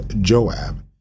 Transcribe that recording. Joab